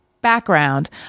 Background